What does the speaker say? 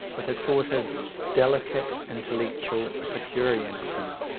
with a sort of delicate intellectual epicureanism,